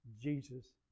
Jesus